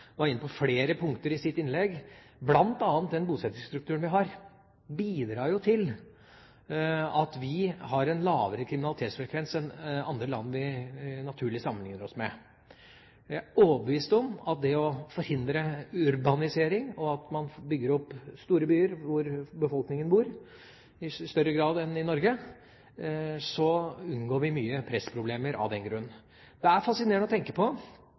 Pollestad var inne på flere punkter i sitt innlegg. Blant annet den bosettingsstrukturen vi har, bidrar til at vi har en lavere kriminalitetsfrekvens enn andre land vi naturlig sammenlikner oss med. Jeg er overbevist om at ved å forhindre urbanisering – det at man bygger opp store byer hvor befolkningen bor, i større grad enn i Norge – unngår vi mye pressproblemer. Det er fascinerende å tenke på